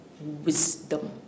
wisdom